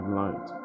light